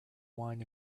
wine